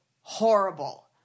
horrible